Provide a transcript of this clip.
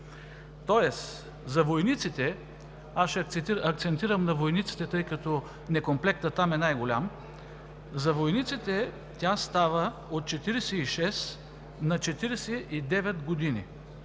си на пенсия. Аз ще акцентирам на войниците, тъй като некомплектът там е най-голям. За войниците става от 46 на 49 години,